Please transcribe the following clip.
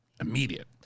Immediate